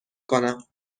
کنم